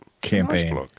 campaign